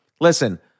listen